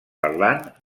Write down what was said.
parlant